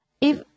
If